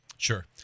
Sure